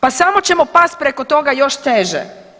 Pa samo ćemo pasti preko toga još teže.